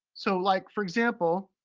so like, for example,